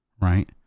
right